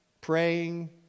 praying